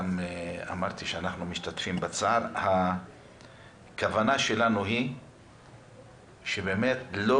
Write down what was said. הכוונה שלי שבאמת לא